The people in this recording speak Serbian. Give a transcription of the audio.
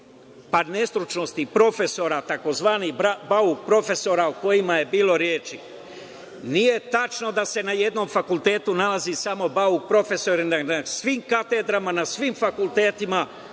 nestručnosti profesora tzv. bauk profesora o kojima je bilo reči. Nije tačno da se na jednom fakultetu nalazi samo bauk profesor. Na svim katedrama, na svim fakultetima